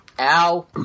Ow